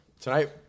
Tonight